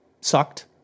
sucked